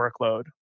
workload